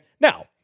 now